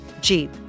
Jeep